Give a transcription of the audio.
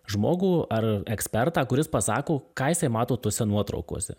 žmogų ar ekspertą kuris pasako ką jisai mato tose nuotraukose